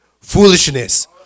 foolishness